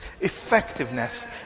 effectiveness